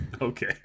Okay